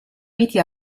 miti